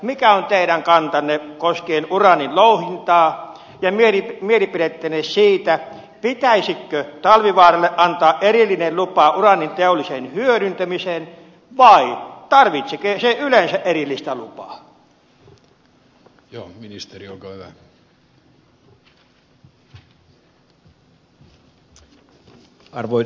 mikä on teidän kantanne koskien uraanin louhintaa ja mielipiteenne siitä pitäisikö talvivaaralle antaa erillinen lupa uraanin teolliseen hyödyntämiseen vai tarvitseeko se yleensä erillistä lupaa